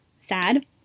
Sad